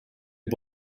are